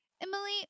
emily